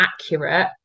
accurate